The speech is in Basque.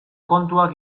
kontuak